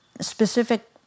specific